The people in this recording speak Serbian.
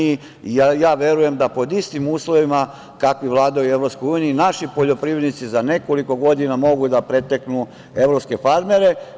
Ja verujem da pod istim uslovima kakvi vladaju u Evropskoj uniji naši poljoprivrednici za nekoliko godina mogu da preteknu evropske farmere.